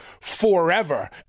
forever